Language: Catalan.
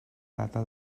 data